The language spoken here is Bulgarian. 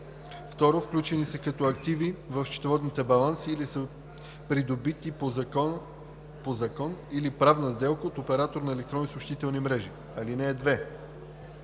и 2. включени са като активи в счетоводните баланси или са придобити по закон или правна сделка от оператори на електронни съобщителни мрежи. (2) Наличието